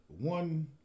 one